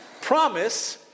promise